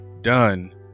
done